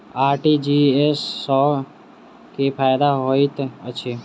RTGS सँ की फायदा होइत अछि?